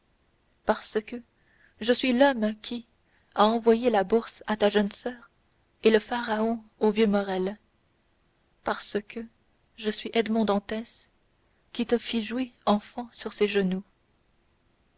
parce que je suis l'homme qui a envoyé la bourse à ta jeune soeur et le pharaon au vieux morrel parce que je suis edmond dantès qui te fit jouer enfant sur ses genoux